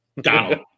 Donald